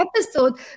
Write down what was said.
episode